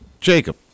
Jacob